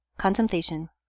contemplation